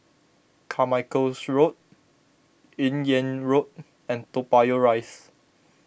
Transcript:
Carmichael Road Yung An Road and Toa Payoh Rise